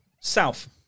South